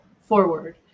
forward